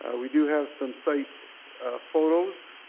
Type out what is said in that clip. ah we do have some site photos.